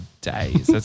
days